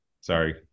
sorry